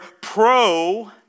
pro